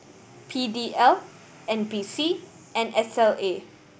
P D L N P C and S L A